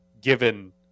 given